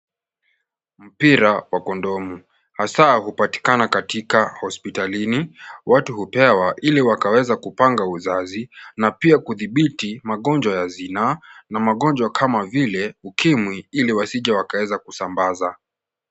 Mpira wa kondomu hasa hupatikana katika hospitalini. Watu hupewa ili wakaweze kupanga uzazi na pia kudhibiti magonjwa ya zinaa na magonjwa kama vile UKIMWI ili wasiweze wakaja kusambaza.